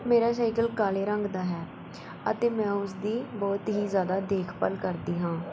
ਮੇਰਾ ਸਾਈਕਲ ਕਾਲੇ ਰੰਗ ਦਾ ਹੈ ਅਤੇ ਮੈਂ ਉਸ ਦੀ ਬਹੁਤ ਹੀ ਜ਼ਿਆਦਾ ਦੇਖਭਾਲ ਕਰਦੀ ਹਾਂ